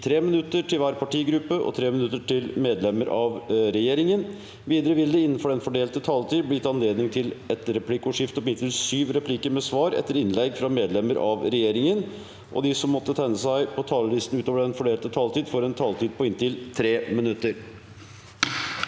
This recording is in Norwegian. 3 minutter til hver partigruppe og 3 minutter til medlemmer av regjeringen. Videre vil det – innenfor den fordelte taletid – bli gitt anledning til et replikkordskifte på inntil sju replikker med svar etter innlegg fra medlemmer av regjeringen, og de som måtte tegne seg på talerlisten utover den fordelte taletid, får også en taletid på inntil 3 minutter.